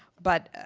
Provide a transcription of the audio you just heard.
but